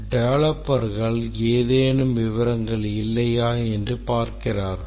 டெவலப்பர்கள் ஏதேனும் விவரங்கள் இல்லையா என்று பார்க்கிறார்கள்